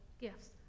gifts